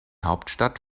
hauptstadt